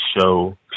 show